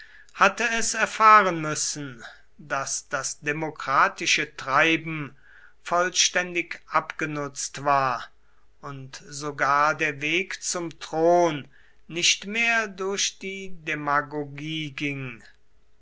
hatte es erfahren müssen daß das demokratische treiben vollständig abgenutzt war und sogar der weg zum thron nicht mehr durch die demagogie ging